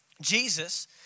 Jesus